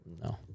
no